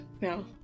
no